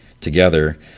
together